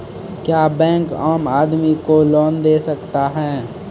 क्या बैंक आम आदमी को लोन दे सकता हैं?